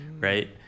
Right